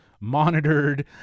monitored